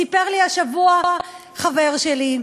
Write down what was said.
סיפר לי השבוע חבר שלי,